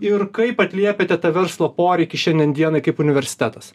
ir kaip atliepiate tą verslo poreikį šiandien dienai kaip universitetas